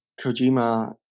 Kojima